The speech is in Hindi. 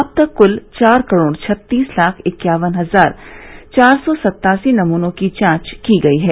अब तक कल चार करोड़ छत्तीस लाख इक्यावन हजार चार सौ सत्तासी नमूनों की जांच की गयी है